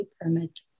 permit